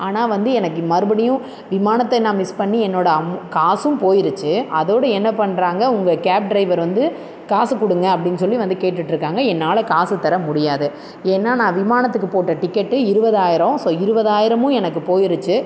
ஆனால் வந்து எனக்கு மறுபடியும் விமானத்தை நான் மிஸ் பண்ணி என்னோடய அம் காசும் போயிடுச்சு அதோடு என்ன பண்ணுறாங்க உங்கள் கேப் ட்ரைவர் வந்து காசு கொடுங்க அப்படின் சொல்லி வந்து கேட்டுட்டிருக்காங்க என்னால் காசு தர முடியாது ஏன்னால் நான் விமானத்துக்கு போட்ட டிக்கெட்டு இருவதாயிரம் ஸோ இருவதாயிரம் எனக்கு போயிடுச்சு